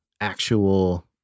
actual